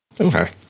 Okay